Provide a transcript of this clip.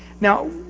Now